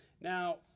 Now